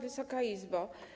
Wysoka Izbo!